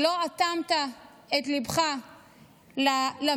לא אטמת את ליבך למציאות,